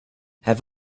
have